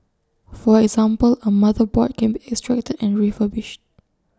for example A motherboard can be extracted and refurbished